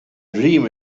dream